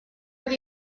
were